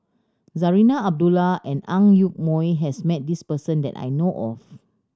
Zarinah Abdullah and Ang Yoke Mooi has met this person that I know of